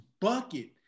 bucket